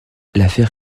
l’affaire